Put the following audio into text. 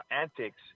antics